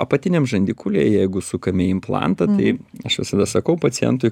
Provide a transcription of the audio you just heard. apatiniam žandikaulyje jeigu sukame implantą tai aš visada sakau pacientui